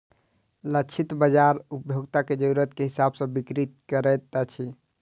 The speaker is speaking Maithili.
लक्षित बाजार उपभोक्ता के जरुरत के हिसाब सॅ बिक्री करैत अछि